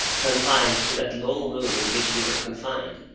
confined to that long room in which we were confined.